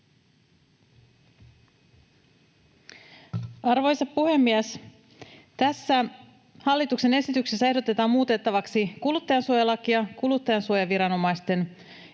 Arvoisa puhemies! Tässä hallituksen esityksessä ehdotetaan muutettavaksi kuluttajansuojalakia, kuluttajansuojaviranomaisten